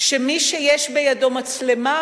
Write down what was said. שמי שיש בידו מצלמה